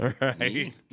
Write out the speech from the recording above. Right